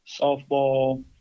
softball